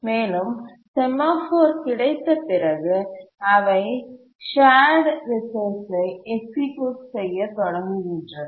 மேலும் செமாஃபோர் கிடைத்த பிறகு அவை சார்டு ரிசோர்ஸ் ஐ எக்சிக்யூட் செய்யத் தொடங்குகின்றன